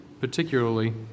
particularly